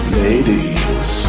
ladies